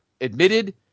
admitted